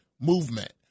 movement